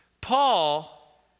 Paul